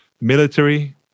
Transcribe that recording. military